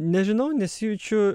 nežinau nes jaučiu